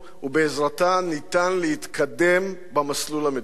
ובעזרתה ניתן להתקדם במסלול המדיני.